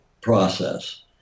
process